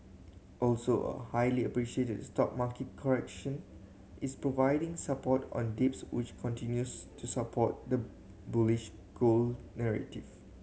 also a highly anticipated stock market correction is providing support on dips which continues to support the bullish gold narrative